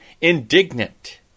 indignant